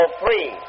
three